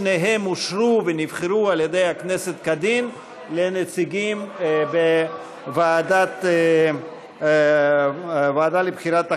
שניהם אושרו ונבחרו על ידי הכנסת כדין לנציגים בוועדה לבחירת קאדים.